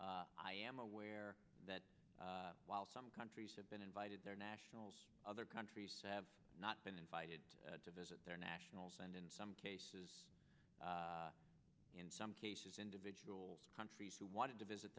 handled i am aware that while some countries have been invited their nationals other countries have not been invited to visit their nationals and in some cases in some cases individuals countries who wanted to visit